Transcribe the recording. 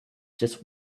just